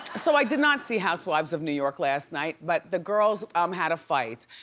so i did not see housewives of new york last night but the girls um had a fight.